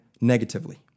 negatively